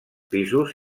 pisos